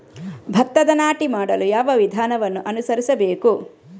ಭತ್ತದ ನಾಟಿ ಮಾಡಲು ಯಾವ ವಿಧಾನವನ್ನು ಅನುಸರಿಸಬೇಕು?